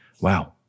wow